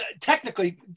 technically